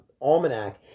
almanac